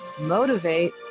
motivate